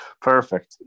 perfect